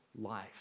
life